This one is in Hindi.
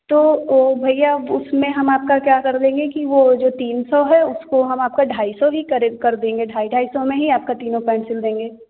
तो वो भैया अब उसमें हम आपका क्या कर देंगे कि वो जो तीन सौ है उसको हम आपका ढाई सौ ही करे कर देंगे ढाई ढाई सौ में ही आपका तीनों पैंट सिल देंगे